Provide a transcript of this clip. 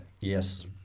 Yes